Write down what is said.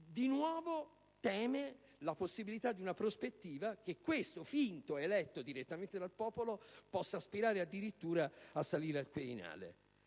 di nuovo teme la possibilità di una prospettiva che questo finto eletto direttamente dal popolo possa aspirare addirittura a salire al Quirinale.